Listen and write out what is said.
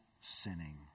sinning